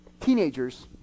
Teenagers